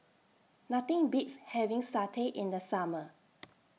Nothing Beats having Satay in The Summer